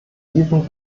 diesen